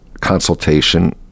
consultation